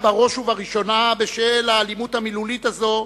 בראש ובראשונה בשל האלימות המילולית הזו,